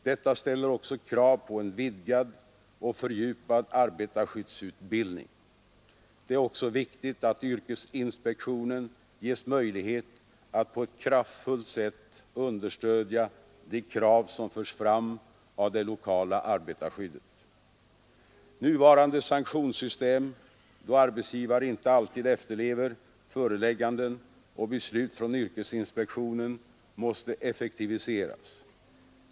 Detta ställer krav på en vidgad och för djupad arbetarskyddsutbildning. Det är också viktigt att yrkesinspektionen ges möjlighet att på ett kraftfullt sätt understödja de krav som förs fram av det lokala arbetarskyddet. Nuvarande sanktionssystem, då arbetsgivare inte alltid efterlever förelägganden och beslut från yrkesinspektionen, måste effektiviseras.